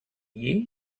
year